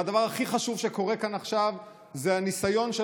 והדבר הכי חשוב שקורה כאן עכשיו זה הניסיון של